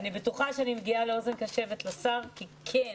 אני בטוחה שאני מגיעה לאוזן קשבת, לשר, כי כן,